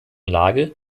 lage